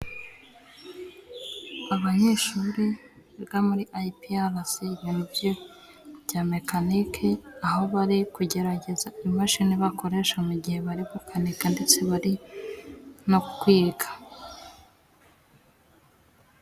Abanyeshuri biga muri ayipi alasi mu bintu byo bya mekanike, aho bari kugerageza imashini bakoresha mu gihe bari gukanika ndetse bari no kwiga.